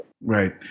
right